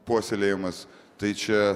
puoselėjimas tai čia